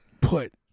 put